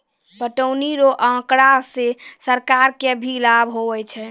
पटौनी रो आँकड़ा से सरकार के भी लाभ हुवै छै